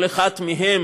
כל אחד מהם